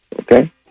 Okay